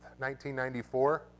1994